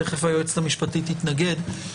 תכף היועצת המשפטית תתנגד,